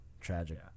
Tragic